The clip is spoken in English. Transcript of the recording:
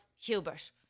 Hubert